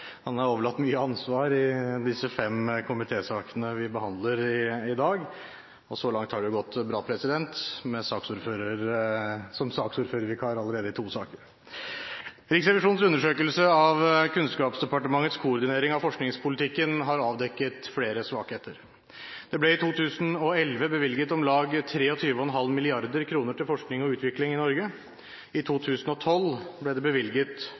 Han er overlatt mye ansvar i disse fem komitésakene som vi behandler i dag, og så langt har det jo gått bra, som saksordfører i to saker allerede. Riksrevisjonens undersøkelse av Kunnskapsdepartementets koordinering av forskningspolitikken har avdekket flere svakheter. Det ble i 2011 bevilget om lag 23,5 mrd. kr til forskning og utvikling i Norge. I 2012 ble det bevilget